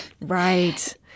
right